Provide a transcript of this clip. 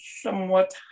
somewhat